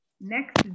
Next